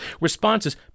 responses